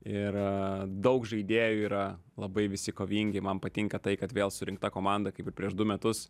ir daug žaidėjų yra labai visi kovingi man patinka tai kad vėl surinkta komanda kaip ir prieš du metus